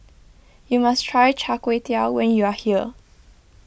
you must try Char Kway Teow when you are here